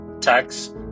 tax